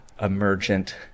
emergent